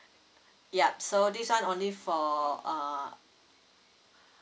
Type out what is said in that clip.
yup so this one only for err